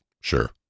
Sure